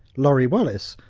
laurie wallace,